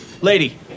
Lady